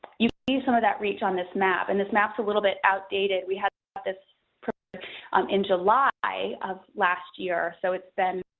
you see some of that reach on this map, and this map's a little bit outdated, we had this printed um in july of last year, so it's been